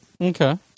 Okay